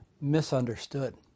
misunderstood